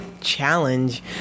challenge